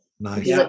Nice